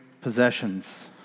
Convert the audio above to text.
possessions